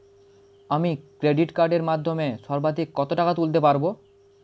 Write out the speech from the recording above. আমি ক্রেডিট কার্ডের মাধ্যমে সর্বাধিক কত টাকা তুলতে পারব?